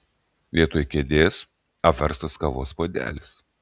vietoj kėdės apverstas kavos puodelis